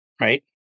Right